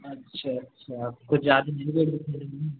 अच्छा अच्छा कुछ ज्यादा